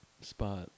Spot